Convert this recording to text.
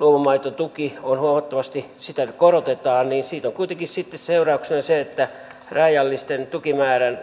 luomumaitotukea huomattavasti nyt korotetaan niin siitä on kuitenkin sitten seurauksena se että rajallisen tukimäärän